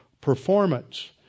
performance